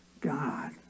God